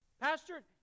Pastor